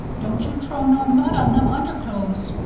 don't you trow no mud on them under clothes